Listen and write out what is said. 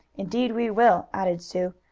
indeed we will, added sue.